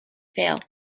fail